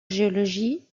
géologie